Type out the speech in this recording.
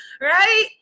right